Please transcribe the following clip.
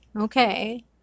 Okay